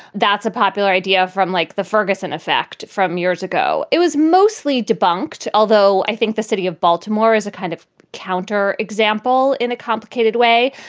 that's a popular idea from like the ferguson effect from years ago. it was mostly debunked, although i think the city of baltimore is a kind of counter example in a complicated way.